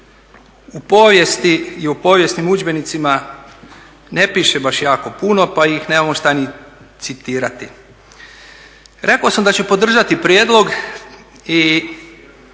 u povijesti i u povijesnim udžbenicima ne piše baš jako puno, pa ih nemamo šta ni citirati. Rekao sam da ću podržati prijedlog i